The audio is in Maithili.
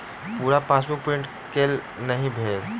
पूरा पासबुक प्रिंट केल नहि भेल